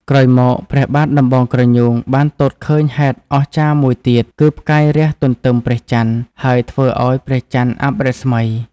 ក្រោយមក ព្រះបាទដំបងក្រញូងបានទតឃើញហេតុអស្ចារ្យមួយទៀត គឺផ្កាយរះទន្ទឹមព្រះច័ន្ទ ហើយធ្វើឱ្យព្រះច័ន្ទអាប់រស្មី ។